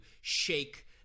shake